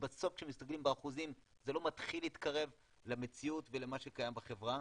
ובסוף כשמסתכלים באחוזים זה לא מתחיל להתקרב למציאות ולמה שקיים בחברה,